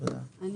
אני